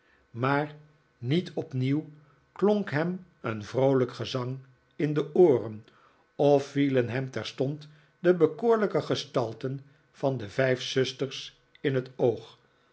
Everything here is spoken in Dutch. maar niet opnieuw klonk hem een vroolijk gezang in de ooren of vielen hem terstond de bekoorlijke gestalten van de vijf zusters in het oog